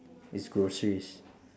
is groceries